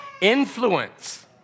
Influence